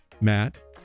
Matt